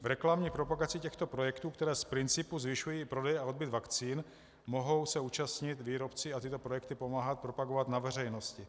V reklamní propagaci těchto projektů, které z principu zvyšují i prodej a odbyt vakcín, mohou se účastnit výrobci a tyto projekty pomáhat propagovat na veřejnosti.